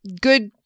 good